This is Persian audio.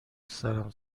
سرم